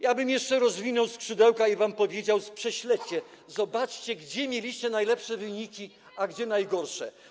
Ja bym jeszcze rozwinął skrzydełka i wam powiedział tak: prześledźcie, zobaczcie, gdzie mieliście najlepsze wyniki, a gdzie najgorsze.